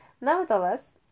Nevertheless